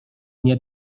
nie